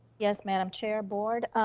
yes, madam chair, board.